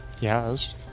Yes